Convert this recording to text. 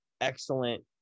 excellent